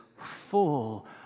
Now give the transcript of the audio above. full